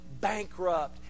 bankrupt